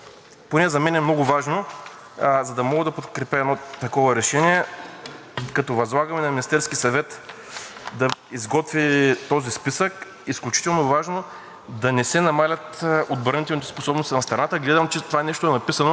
да изготви този списък, изключително важно, да не се намаляват отбранителните способности на страната. Гледам, че това нещо е написано, между другото, в мотивите на Комисията, но то по никакъв начин не е отразено в самото решение.